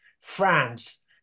France